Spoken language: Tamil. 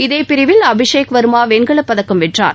இதே பிரிவில் அபிஷேக் வா்மா வெண்கலப் பதக்கம் வென்றார்